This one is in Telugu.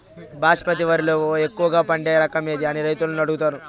బాస్మతి వరిలో ఎక్కువగా పండే రకం ఏది అని రైతులను అడుగుతాను?